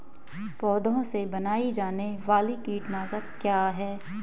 पौधों से बनाई जाने वाली कीटनाशक क्या है?